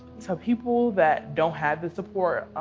so people that don't have the support,